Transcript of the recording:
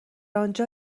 آنجا